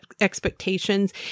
expectations